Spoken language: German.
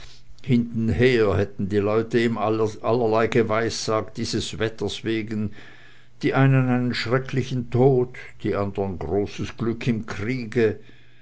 hintenher hätten die leute ihm allerlei geweissaget dieses wetters wegen die einen einen schrecklichen tod die anderen großes glück im kriege